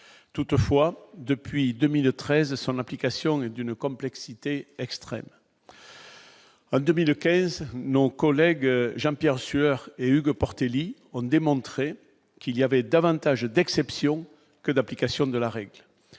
toutefois depuis 2013, son application est d'une complexité extrême en 2015 non collègue Jean-Pierre Sueur et Hugues Portelli ont démontré qu'il y avait davantage d'exception que l'application de la règle